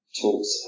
talks